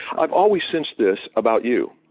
i've always sensed this about you.